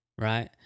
right